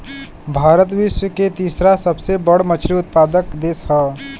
भारत विश्व के तीसरा सबसे बड़ मछली उत्पादक देश ह